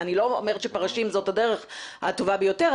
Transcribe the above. אני לא אומרת שפרשים זו הדרך הטובה ביותר,